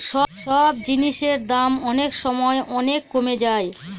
সব জিনিসের দাম অনেক সময় অনেক কমে যায়